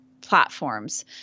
platforms